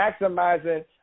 maximizing